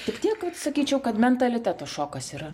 tik tiek sakyčiau kad mentaliteto šokas yra